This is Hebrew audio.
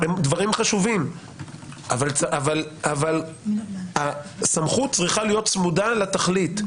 אלה דברים חשובים אבל הסמכות צריכה להיות צמודה לתכלית.